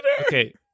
Okay